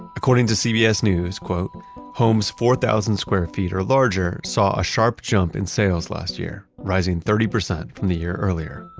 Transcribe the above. according to cbs news, homes four thousand square feet or larger, saw a sharp jump in sales last year, rising thirty percent from the year earlier'.